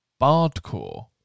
Bardcore